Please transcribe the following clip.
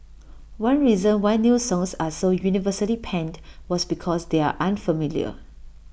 one reason why new songs are so universally panned was because they are unfamiliar